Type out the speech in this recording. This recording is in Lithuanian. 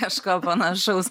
kažko panašaus